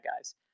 guys